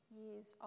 years